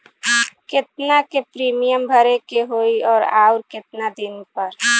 केतना के प्रीमियम भरे के होई और आऊर केतना दिन पर?